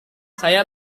saya